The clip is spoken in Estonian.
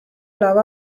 lava